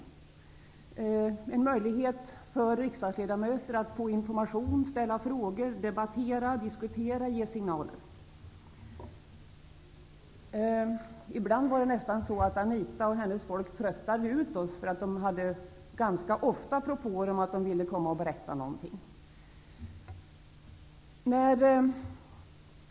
Det skulle ge en möjlighet för riksdagsledamöter att få information, ställa frågor, debattera och ge signaler. Ibland tröttade Anita Gradin och hennes medarbetare nästan ut oss, eftersom de ganska ofta hade propåer om att de ville komma för att berätta om någonting.